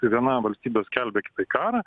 viena valstybė skelbia karą